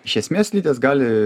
iš esmės slidės gali